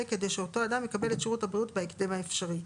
כדי שאותו אדם יקבל את שירות הבריאות בהקדם האפשרי.